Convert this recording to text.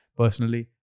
personally